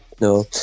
No